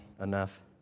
enough